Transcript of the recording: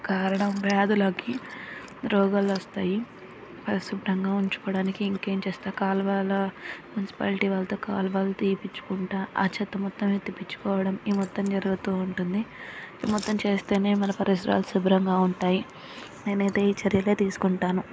కారణం వ్యాధులకి రోగాలు వస్తాయి పరిశుభ్రంగా ఉంచుకోడానికి ఇంకేం చేస్తాం కాలువల మున్సిపాలిటీ వాళ్ళతో కాలువలు తీయిపిచ్చుకుంటాను ఆ చెత్త మొత్తం ఎత్తిపించుకోవడం ఈ మొత్తం జరుగుతూ ఉంటుంది ఈ మొత్తం చేస్తేనే మన పరిసరాలు శుభ్రంగా ఉంటాయి నేనైతే ఈ చర్యలే తీసుకుంటాను